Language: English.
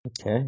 Okay